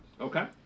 okay